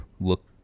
look